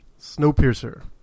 Snowpiercer